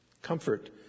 Comfort